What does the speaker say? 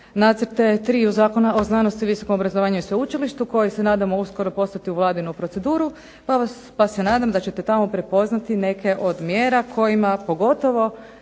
nacrte triju Zakona o znanosti, visokom obrazovanju i sveučilištu koji se nadamo uskoro poslati u vladinu proceduru pa se nadam da ćete tamo prepoznati neke od mjera kojima pogotovo